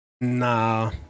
Nah